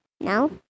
No